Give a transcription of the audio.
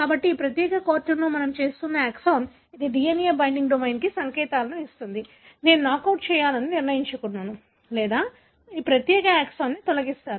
కాబట్టి ఈ ప్రత్యేక కార్టూన్లో మనం చూస్తున్న ఎక్సాన్ ఇది DNA బైండింగ్ డొమైన్కి సంకేతాలు ఇస్తుంది నేను నాకౌట్ చేయాలని నిర్ణయించుకున్నాను లేదా ఈ ప్రత్యేక ఎక్సాన్ను తొలగిస్తాను